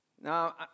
Now